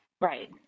Right